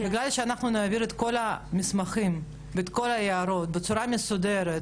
בגלל שאנחנו נעביר את כל המסמכים ואת כל ההערות בצורה מסודרת